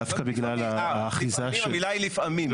דווקא בגלל האחיזה --- לא,